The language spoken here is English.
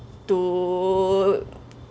to